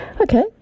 Okay